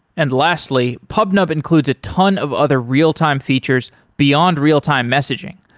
and lastly, pubnub includes a ton of other real-time features beyond real-time messaging,